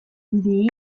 bihi